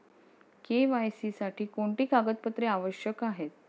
KYC साठी कोणती कागदपत्रे आवश्यक आहेत?